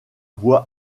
voix